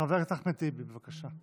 חבר הכנסת אחמד טיבי, בבקשה.